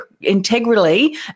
integrally